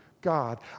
God